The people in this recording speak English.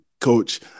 coach